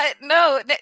no